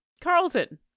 Carlton